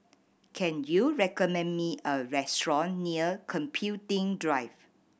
can you recommend me a restaurant near Computing Drive